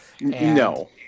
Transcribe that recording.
No